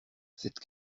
cette